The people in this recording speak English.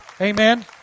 Amen